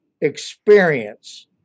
experience